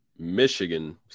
Michigan